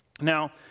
Now